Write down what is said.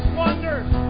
wonders